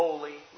Holy